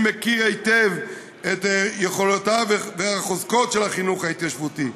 אני מכיר היטב את היכולות ואת החוזקות של החינוך ההתיישבותי,